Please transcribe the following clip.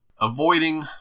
avoiding